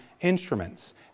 instruments